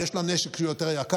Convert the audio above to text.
ויש לה נשק שהוא יותר יקר,